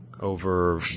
Over